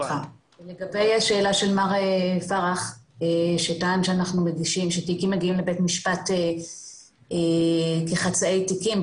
לגבי השאלה של מר פרח שטען שתיקים מגיעים לבתי משפט כחצאי תיקים,